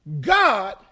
God